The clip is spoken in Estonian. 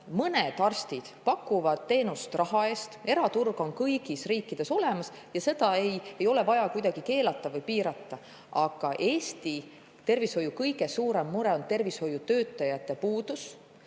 mõned arstid pakuvad teenust raha eest – eraturg on kõigis riikides olemas –, ei ole vaja kuidagi keelata või piirata. Aga Eesti tervishoiu kõige suurem mure on tervishoiutöötajate puudus